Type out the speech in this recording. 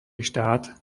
štát